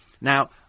Now